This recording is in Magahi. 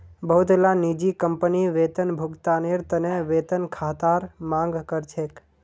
बहुतला निजी कंपनी वेतन भुगतानेर त न वेतन खातार मांग कर छेक